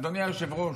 אדוני היושב-ראש,